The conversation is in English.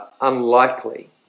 unlikely